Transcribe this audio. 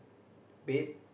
bed